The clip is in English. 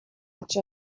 each